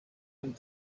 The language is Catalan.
amb